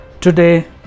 today